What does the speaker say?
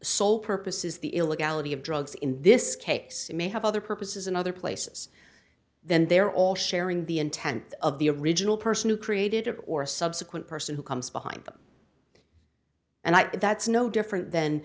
sole purpose is the illegality of drugs in this case it may have other purposes in other places then they're all sharing the intent of the original person who created it or a subsequent person who comes behind them and i think that's no different th